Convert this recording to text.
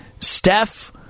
Steph